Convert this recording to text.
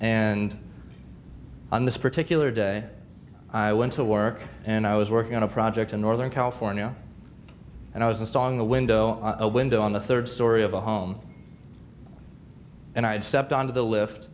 on this particular day i went to work and i was working on a project in northern california and i was installing the window a window on the third story of a home and i'd stepped onto the lift